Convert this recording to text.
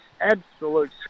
absolute